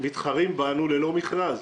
מתחרים בנו ללא מכרז.